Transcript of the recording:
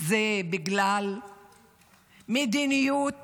זה בגלל מדיניות